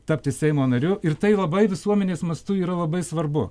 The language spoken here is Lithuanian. tapti seimo nariu ir tai labai visuomenės mastu yra labai svarbu